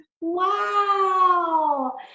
wow